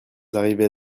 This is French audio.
arrivés